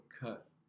cut